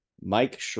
Mike